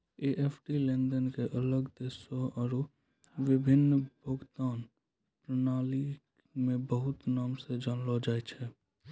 EFT लेनदेन के अलग देशो आरु विभिन्न भुगतान प्रणाली मे बहुते नाम से जानलो जाय छै